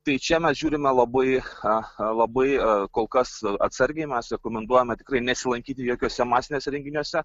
tai čia mes žiūrime labai cha cha labai kol kas atsargiai mes rekomenduojame tikrai nesilankyti jokiuose masiniuose renginiuose